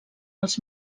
els